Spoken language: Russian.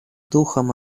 духом